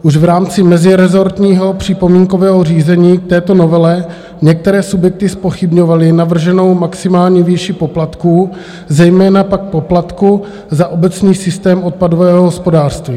Už v rámci mezirezortního připomínkového řízení k této novele některé subjekty zpochybňovaly navrženou maximální výši poplatků, zejména pak poplatku za obecní systém odpadového hospodářství.